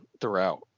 throughout